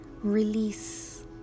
release